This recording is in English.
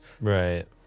Right